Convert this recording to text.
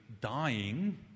dying